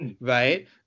right